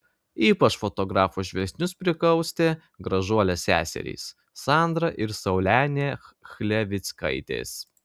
ypač fotografų žvilgsnius prikaustė gražuolės seserys sandra ir saulenė chlevickaitės